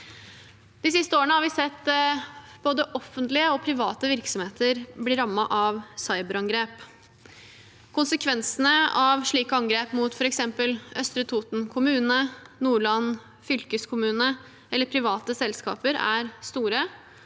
De siste årene har vi sett både offentlige og private virksomheter bli rammet av cyberangrep. Konsekvensene av slike angrep, mot f.eks. Østre Toten kommune, Nordland fylkeskommune eller private selskaper, er store